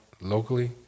locally